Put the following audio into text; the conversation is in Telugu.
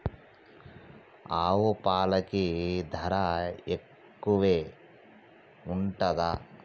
ఆవు పాలకి ధర ఎక్కువే ఉంటదా?